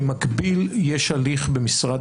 במקביל יש הליך במשרד